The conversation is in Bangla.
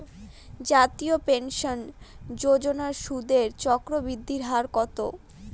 জাতীয় পেনশন যোজনার সুদের চক্রবৃদ্ধি হার কত?